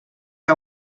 que